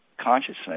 consciousness